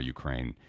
Ukraine